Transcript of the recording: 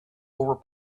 over